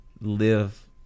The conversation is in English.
live